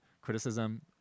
criticism